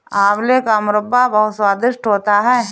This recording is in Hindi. आंवले का मुरब्बा बहुत स्वादिष्ट होता है